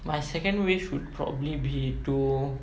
my second wish would probably be to